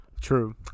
true